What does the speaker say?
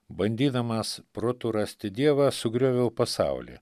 bandydamas protu rasti dievą sugrioviau pasaulį